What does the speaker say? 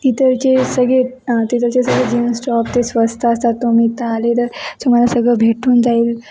तिथलचे सगळे तिथचे सगळे जीन्स टॉप ते स्वस्त असतात तुम्ही इथं आले तर तुम्हाला सगळं भेटून जाईल